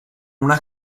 una